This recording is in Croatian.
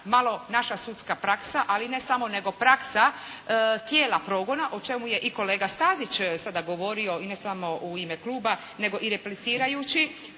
malo naša sudska praksa, ali ne samo nego praksa tijela progona, o čemu je i kolega Stazić sada govorio i ne samo u ime kluba, nego i replicirajući,